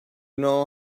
know